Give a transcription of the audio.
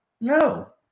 No